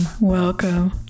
Welcome